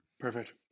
Perfect